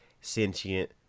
sentient